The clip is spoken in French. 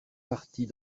partis